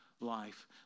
life